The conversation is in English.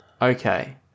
Okay